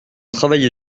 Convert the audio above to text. travaillé